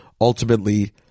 ultimately